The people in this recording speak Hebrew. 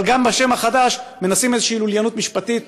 אבל גם בשם החדש מנסים איזושהי לוליינות משפטית.